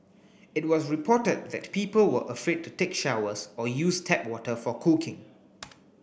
it was reported that people were afraid to take showers or use tap water for cooking